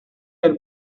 del